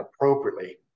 appropriately